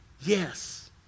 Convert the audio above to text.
Yes